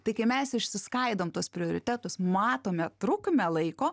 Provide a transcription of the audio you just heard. tai kai mes išsiskaidom tuos prioritetus matome trukmę laiko